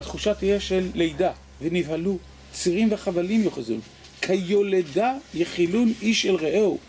התחושה תהיה של לידה, ונבהלו, צירים וחבלים יוחזו. כיולדה יחילון אי של רעהו.